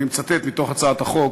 אני מצטט מתוך הצעת החוק,